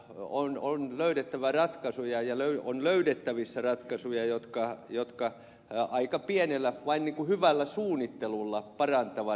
päinvastoin on löydettävä ratkaisuja ja on löydettävissä ratkaisuja jotka aika pienellä kustannuksella vain hyvällä suunnittelulla parantavat liikkumismahdollisuuksia